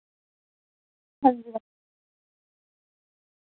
हांजी मैम